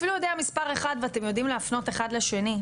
אפילו יודע מספר אחד ואתם יודעים להפנות אחד לשני,